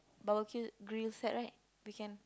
barbeque grill set right we can